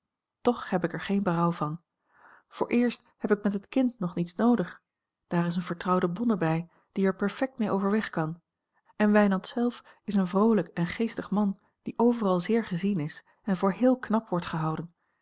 toch heb ik er geen berouw van vooreerst heb ik met het kind nog niets noodig daar is eene vertrouwde bonne bij die er perfekt mee overweg kan en wijnand zelf is een vroolijk en geestig man die overal zeer gezien is en voor heel knap wordt gehouden